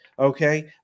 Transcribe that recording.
Okay